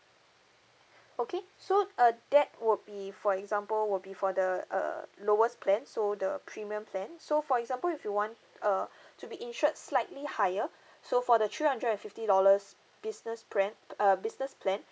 okay so uh that would be for example would be for the uh lowest plan so the premium plan so for example if you want uh to be insured slightly higher so for the three hundred and fifty dollars business pren~ uh business plan